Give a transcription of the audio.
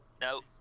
no